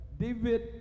David